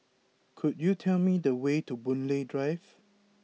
could you tell me the way to Boon Lay Drive